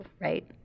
Right